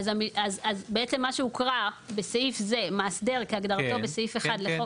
אס בעצם מה שהוקרא "בסעיף זה "מאסדר" כהגדרתו בסעיף (1)